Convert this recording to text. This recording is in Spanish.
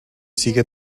sigue